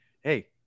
Hey